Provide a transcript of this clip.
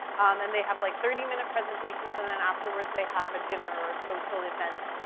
and they have, like, thirty minute presentations, and then afterwards, they have a dinner or a social event,